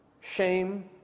shame